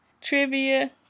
trivia